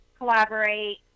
collaborate